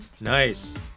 Nice